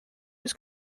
his